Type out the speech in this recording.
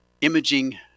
imaging